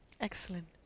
Excellent